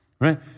right